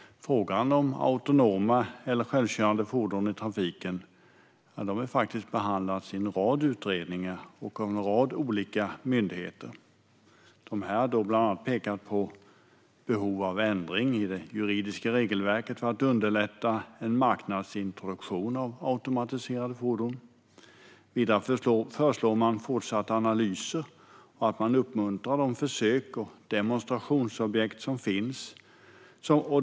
Frågan om autonoma eller självkörande fordon i trafiken har behandlats i en rad utredningar och av en rad olika myndigheter. Dessa har då bland annat pekat på behovet av ändring i det juridiska regelverket för att underlätta en marknadsintroduktion av automatiserade fordon. Vidare föreslår man fortsatta analyser och uppmuntran av de försök och demonstrationsobjekt som finns.